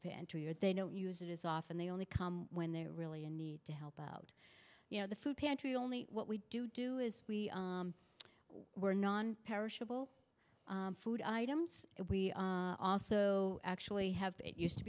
pantry or they don't use it as often they only come when they're really in need to help out you know the food pantry only what we do do is we were nonperishable food items that we also actually have that used to